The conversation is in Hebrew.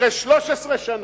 אחרי 13 שנה.